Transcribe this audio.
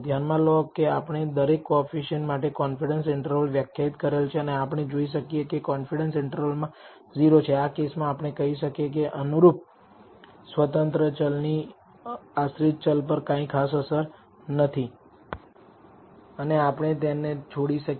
ધ્યાનમાં લો કે આપણે દરેક કોએફિસિએંટ્ માટે કોન્ફિડન્સ ઇન્ટરવલ વ્યાખ્યાયિત કરેલ છે અને આપણે જોઈ શકીએ કે કોન્ફિડન્સ ઇન્ટરવલ માં 0 છે આ કેસમાં આપણે કહી શકીએ કે અનુરૂપ આશ્રિત ચલની સ્વતંત્ર ચલ પર કંઈ ખાસ અસર નથી અને આપણે તેને છોડી શકીએ